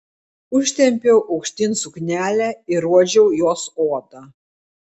užtempiau aukštyn suknelę ir uodžiau jos odą